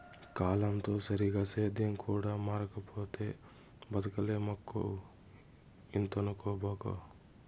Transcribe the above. కాలంతో సరిగా సేద్యం కూడా మారకపోతే బతకలేమక్కో ఇంతనుకోబాకు